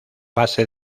base